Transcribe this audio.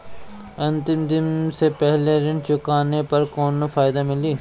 अंतिम दिन से पहले ऋण चुकाने पर कौनो फायदा मिली?